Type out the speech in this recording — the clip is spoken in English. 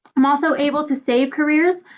i'm also able to save careers.